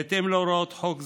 בהתאם להוראות חוק זה,